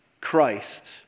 Christ